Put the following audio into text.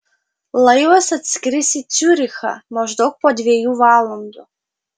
laivas atskris į ciurichą maždaug po dviejų valandų